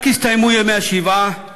רק הסתיימו ימי השבעה על